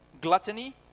gluttony